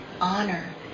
honor